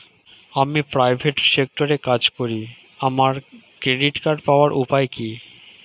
আমি প্রাইভেট সেক্টরে কাজ করি আমার ক্রেডিট কার্ড পাওয়ার উপায় কি?